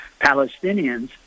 Palestinians